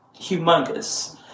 humongous